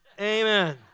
amen